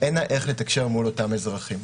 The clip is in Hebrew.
אין לה איך לתקשר מול אותם אזרחים.